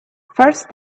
first